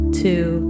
two